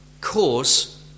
cause